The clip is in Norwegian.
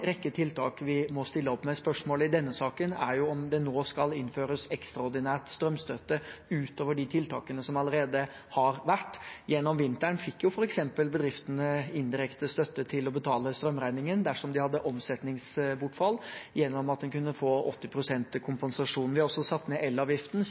rekke tiltak vi må stille opp med. Spørsmålet i denne saken er om det nå skal innføres en ekstraordinær strømstøtte utover de tiltakene som allerede har vært. Gjennom vinteren fikk bedriftene f.eks. indirekte støtte til å betale strømregningen dersom de hadde et omsetningsbortfall, gjennom at en kunne få